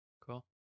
cool